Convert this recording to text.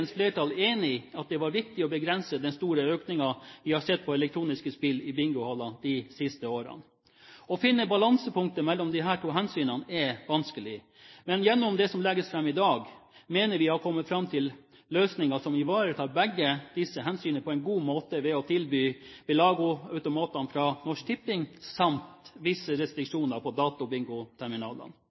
Komiteens flertall er enig i at det var viktig å begrense den store økningen vi har sett på elektroniske spill i bingohaller de siste årene. Å finne balansepunktet mellom disse to hensynene er vanskelig, men gjennom det som legges fram i dag, mener vi å ha kommet fram til løsninger som ivaretar begge disse hensynene på en god måte ved å tilby Belago-automatene fra Norsk Tipping samt visse restriksjoner på